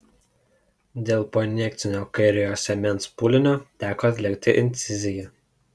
dėl poinjekcinio kairiojo sėdmens pūlinio teko atlikti inciziją